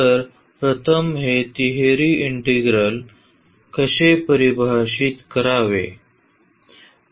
तर प्रथम हे तिहेरी इंटिग्रल कसे परिभाषित करावे